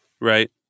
right